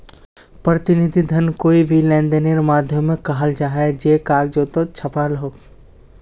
प्रतिनिधि धन कोए भी लेंदेनेर माध्यामोक कहाल जाहा जे कगजोत छापाल हो